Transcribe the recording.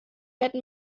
hätten